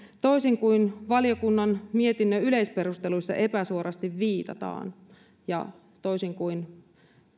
toisin kuin valiokunnan mietinnön yleisperusteluissa epäsuorasti viitataan ja toisin kuin